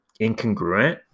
incongruent